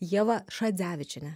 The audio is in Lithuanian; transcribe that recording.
ieva šadzevičienė